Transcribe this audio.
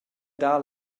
dar